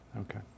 Okay